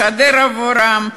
משדרת עבורם,